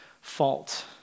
fault